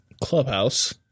Clubhouse